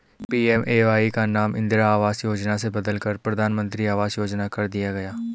PMAY का नाम इंदिरा आवास योजना से बदलकर प्रधानमंत्री आवास योजना कर दिया गया